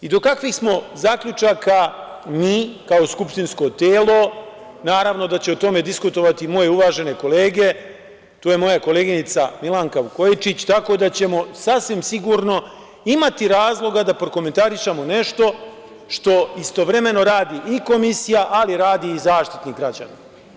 I do kakvih smo zaključaka mi kao skupštinsko telo, naravno da će o tome diskutovati moje uvažene kolege, tu je moja koleginica Milanka Vukojičić, tako da ćemo sasvim sigurno imati razloga da prokomentarišemo nešto što istovremeno radi i Komisija, ali i radi Zaštitnik građana.